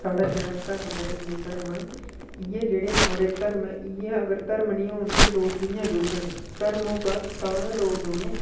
साढ़ा जेह्ड़ा धर्म ऐ हिंदु धर्म इ'यै जेह्ड़े सारे धर्म इ'यै अगर धर्म निं होन ते लोग कि'यां जुड़ङन धर्म होगा तां गै लोग जुड़ने